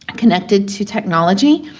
and connected to technology,